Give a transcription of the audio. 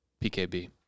PKB